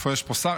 איפה יש פה שר?